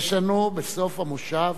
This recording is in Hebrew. יש לנו בסוף המושב